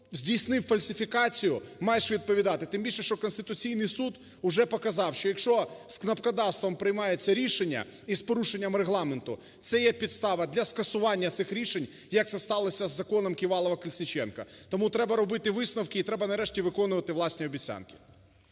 здійснив фальсифікацію – маєш відповідати. Тим більше, що Конституційний Суд уже показав, що якщо з кнопкодавством приймається рішення і з порушенням Регламенту, це є підстава для скасування цих рішень як це сталося з законом Ківалова- Колесніченка. Тому треба робити висновки і треба нарешті виконувати власні обіцянки.